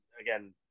again